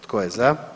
Tko je za?